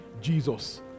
jesus